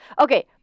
Okay